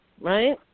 Right